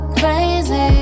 crazy